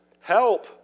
help